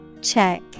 Check